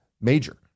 major